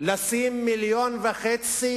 לשים מיליון וחצי